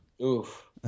oof